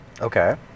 Okay